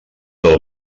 del